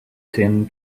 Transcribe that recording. tin